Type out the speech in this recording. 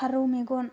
फारौ मेगन